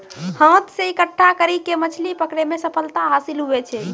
हाथ से इकट्ठा करी के मछली पकड़ै मे सफलता हासिल हुवै छै